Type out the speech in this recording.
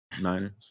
Niners